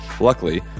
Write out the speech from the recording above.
Luckily